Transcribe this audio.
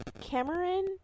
Cameron